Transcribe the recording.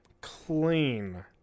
clean